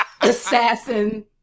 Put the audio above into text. Assassin